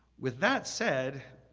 with that said,